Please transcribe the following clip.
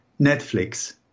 Netflix